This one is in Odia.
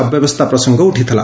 ଅବ୍ୟବସ୍କା ପ୍ରସଙ୍ଗ ଉଠିଥିଲା